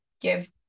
give